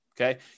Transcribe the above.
okay